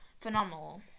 phenomenal